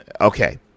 Okay